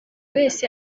wese